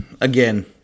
again